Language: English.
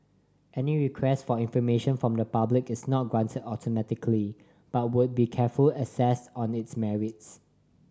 any request for information from the public is not granted automatically but would be careful assessed on its merits